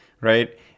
right